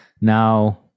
Now